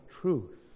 truth